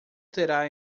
terá